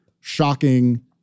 shocking